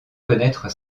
connaitre